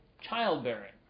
childbearing